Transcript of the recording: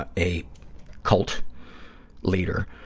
ah a cult leader.